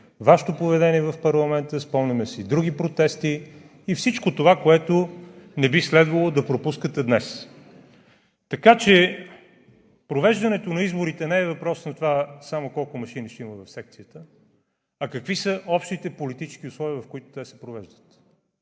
Вашето поведение в парламента, спомняме си и други протести и всичко това, което не би следвало да пропускате днес. Така че провеждането на изборите не е въпрос само на това колко машини ще има в секцията, а какви са общите политически условия, в които те се провеждат,